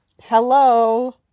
hello